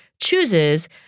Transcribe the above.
chooses